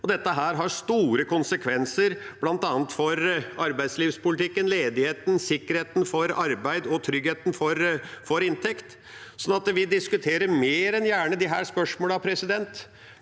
Dette har store konsekvenser, bl.a. for arbeidslivspolitikken, ledigheten, sikkerheten for arbeid og tryggheten for inntekt. Vi diskuterer mer enn gjerne disse spørsmålene, men